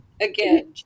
Again